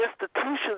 institutions